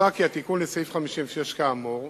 מוצע כי התיקון לסעיף 56, כאמור,